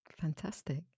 Fantastic